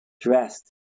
dressed